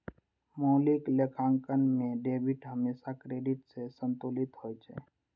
मौलिक लेखांकन मे डेबिट हमेशा क्रेडिट सं संतुलित होइ छै